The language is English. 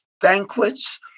banquets